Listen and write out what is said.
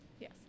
Yes